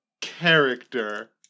character